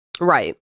right